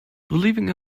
believing